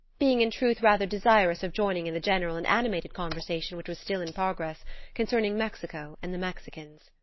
being in truth rather desirous of joining in the general and animated conversation which was still in progress concerning mexico and the mexicans.